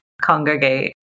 congregate